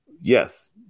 Yes